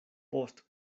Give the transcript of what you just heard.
post